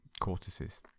cortices